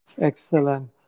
Excellent